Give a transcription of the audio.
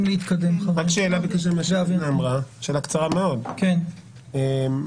רק שאלה בקשר למה שאמרה שעדנה אמרה: מה מסמיך